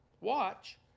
watch